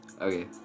Okay